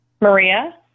Maria